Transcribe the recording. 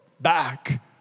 back